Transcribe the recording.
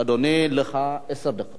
אדוני, יש לך עשר דקות.